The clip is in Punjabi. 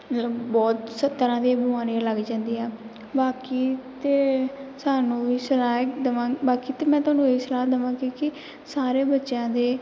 ਮਤਲਬ ਬਹੁਤ ਸ ਤਰ੍ਹਾਂ ਦੀਆਂ ਬਿਮਾਰੀਆਂ ਲੱਗ ਜਾਂਦੀਆਂ ਬਾਕੀ ਤਾਂ ਸਾਨੂੰ ਵੀ ਸਲਾਹ ਦੇਵਾਂ ਬਾਕੀ ਤਾਂ ਮੈਂ ਤੁਹਾਨੂੰ ਇਹੀ ਸਲਾਹ ਦੇਵਾਂਗੀ ਕਿ ਸਾਰੇ ਬੱਚਿਆਂ ਦੇ